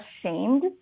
ashamed